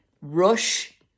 rush